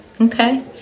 Okay